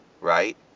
right